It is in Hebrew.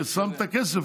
ששם את הכסף,